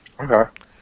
Okay